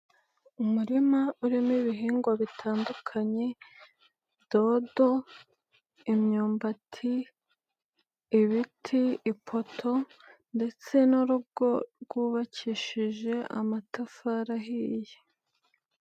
Umurima urimo ibihingwa bitandukanye, dodo, imyumbati, ibiti, ipoto ndetse n'urugo rwubakishije amatafari ahiye.